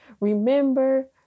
Remember